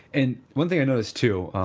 and one thing i know is too,